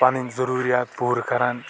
پنٔنۍ ضوٚروٗریات پوٗرٕ کران